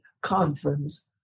conference